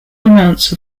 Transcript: amounts